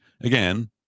again